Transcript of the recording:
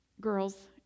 Girls